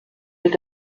mit